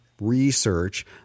research